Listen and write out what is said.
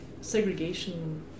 segregation